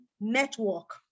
network